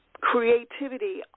creativity